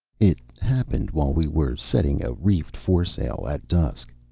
it happened while we were setting a reefed foresail, at dusk.